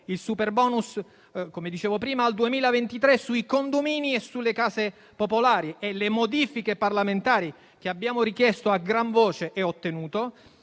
il superbonus al 2023 sui condomini e sulle case popolari; le modifiche parlamentari che abbiamo richiesto a gran voce e ottenuto